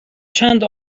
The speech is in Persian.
چند